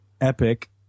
epic